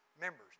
members